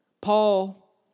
Paul